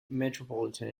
metropolitan